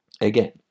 again